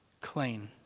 clean